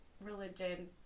religion